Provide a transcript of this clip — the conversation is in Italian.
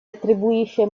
attribuisce